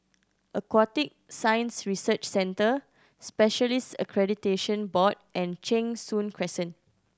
Aquatic Science Research Center Specialists Accreditation Board and Cheng Soon Crescent